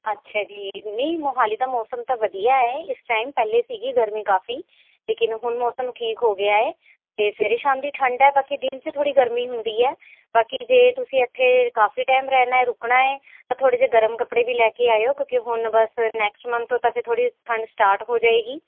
ਅੱਛਾ ਜੀ ਨਹੀਂ ਮੋਹਾਲੀ ਦਾ ਮੌਸਮ ਤਾਂ ਵਧੀਆ ਹੈ ਇਸ ਟਾਈਮ ਪਹਿਲੇ ਸੀਗੀ ਗਰਮੀ ਕਾਫੀ ਲੇਕਿਨ ਹੁਣ ਮੌਸਮ ਠੀਕ ਹੋ ਗਿਆ ਹੈ ਅਤੇ ਸਵੇਰੇ ਸ਼ਾਮ ਦੀ ਠੰਡ ਹੈ ਬਾਕੀ ਦਿਨ 'ਚ ਥੋੜ੍ਹੀ ਗਰਮੀ ਹੁੰਦੀ ਹੈ ਬਾਕੀ ਜੇ ਤੁਸੀਂ ਇੱਥੇ ਕਾਫੀ ਟਾਈਮ ਰਹਿਣਾ ਰੁਕਣਾ ਹੈ ਤਾਂ ਥੋੜ੍ਹੇ ਜਿਹੇ ਗਰਮ ਕੱਪੜੇ ਵੀ ਲੈ ਕੇ ਆਇਓ ਕਿਉਂਕਿ ਹੁਣ ਬਸ ਨੈਕਸਟ ਮੰਨਥ ਤੋਂ ਤਾਂ ਫਿਰ ਥੋੜ੍ਹੀ ਠੰਡ ਸਟਾਰਟ ਹੋ ਜਾਵੇਗੀ